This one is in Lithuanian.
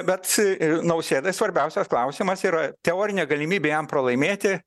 bet nausėdai svarbiausias klausimas yra teorinė galimybė jam pralaimėti